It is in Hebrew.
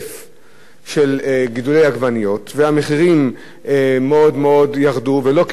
של גידולי עגבניות והמחירים ירדו מאוד והחקלאים לא קיבלו את המגיע להם.